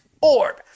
orb